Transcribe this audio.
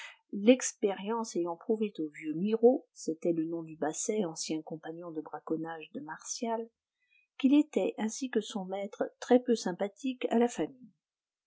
l'expérience ayant prouvé au vieux miraut c'était le nom du basset ancien compagnon de braconnage de martial qu'il était ainsi que son maître très-peu sympathique à la famille